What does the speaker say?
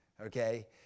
Okay